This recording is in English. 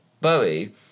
Bowie